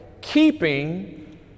Keeping